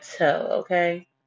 okay